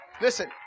Listen